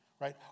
right